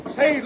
Say